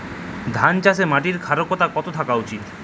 ধান চাষে মাটির ক্ষারকতা কত থাকা উচিৎ?